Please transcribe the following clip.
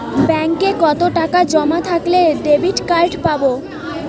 ব্যাঙ্কে কতটাকা জমা থাকলে ডেবিটকার্ড পাব?